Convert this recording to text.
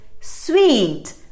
sweet